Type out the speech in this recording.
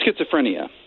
schizophrenia